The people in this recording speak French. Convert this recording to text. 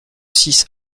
six